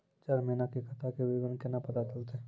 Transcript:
चार महिना के खाता के विवरण केना पता चलतै?